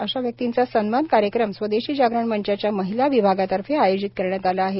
अशा व्यक्तीचा सन्मान कार्यक्रम स्वदेशी जागरण मंचा च्या महिला विभागातर्फे आयोजित करण्यात आला आहे